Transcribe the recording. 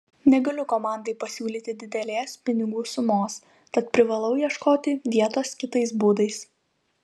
negaliu komandai pasiūlyti didelės pinigų sumos tad privalau ieškoti vietos kitais būdais